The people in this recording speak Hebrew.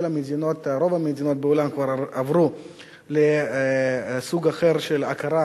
רוב המדינות בעולם כבר עברו לסוג אחר של הכרה